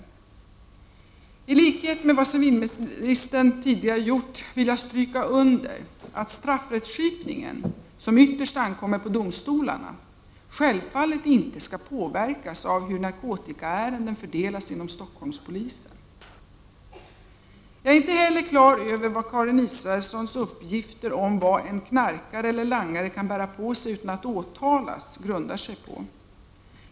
TI likhet med vad civilministern tidigare gjort vill jag stryka under att straffrättskipningen, som ytterst ankommer på domstolarna, självfallet inte skall påverkas av hur narkotikaärenden fördelas inom Stockholmspolisen. Jag är inte heller på det klara med vad Karin Israelssons uppgifter om vad en knarkare eller langare kan bära på sig utan att åtalas grundar sig på.